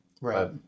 Right